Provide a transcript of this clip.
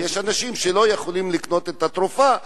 אז יש אנשים שלא יכולים לקנות את התרופה.